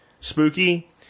spooky